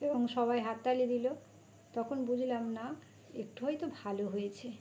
এবং সবাই হাততালি দিল তখন বুঝলাম না একটু হয়তো ভালো হয়েছে